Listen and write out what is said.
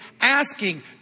Asking